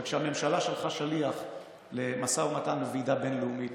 וכשהממשלה שלחה שליח למשא ומתן בוועידה בין-לאומית,